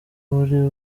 buri